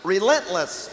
Relentless